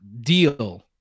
deal